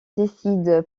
décide